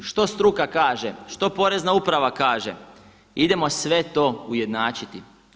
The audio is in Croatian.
Što struka kaže, što Porezna uprava kaže, idemo sve to ujednačiti.